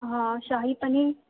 हा शाही पनीर